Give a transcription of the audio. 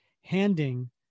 handing